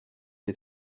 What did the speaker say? les